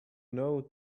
know